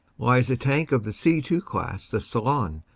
lies a tank of the c two class, the ceylon,